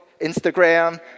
Instagram